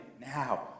now